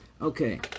okay